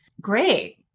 Great